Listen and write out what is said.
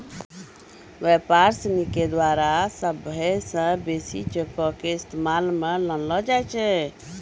व्यापारी सिनी के द्वारा सभ्भे से बेसी चेको के इस्तेमाल मे लानलो जाय छै